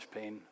pain